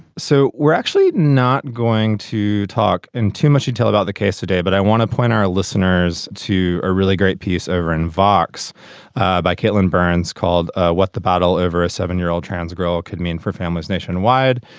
so we're actually not going to talk in too much detail about the case today but i want to point our listeners to a really great piece over in vox by caitlin burns called what the battle over a seven year old trans girl could mean for families nationwide.